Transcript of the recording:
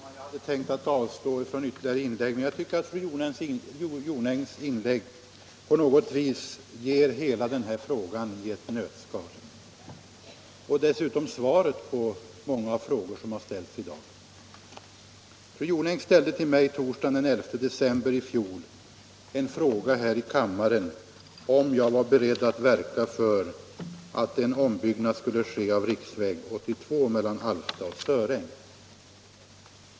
Herr talman! Jag hade kunnat avstå från ytterligare inlägg, men jag tycker att fru Jonängs anförande på något vis gav hela denna fråga i ett nötskal och dessutom kan ge svar på många frågor som ställts i dag. Jag besvarade torsdagen den 11 december i fjol en fråga här i kammaren från fru Jonäng om jag var beredd att verka för att en ombyggnad skulle komma till stånd av riksväg 82 mellan Alfta och Söräng.